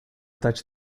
touch